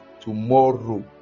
tomorrow